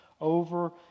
over